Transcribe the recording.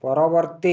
ପରବର୍ତ୍ତୀ